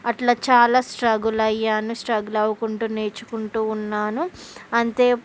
అట్ల చాలా స్ట్రగుల్ అయ్యాను స్ట్రగుల్ అవ్వుకుంటూ నేర్చుకుంటూ ఉన్నాను అంతే